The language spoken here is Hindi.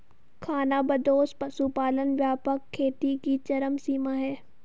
खानाबदोश पशुपालन व्यापक खेती की चरम सीमा है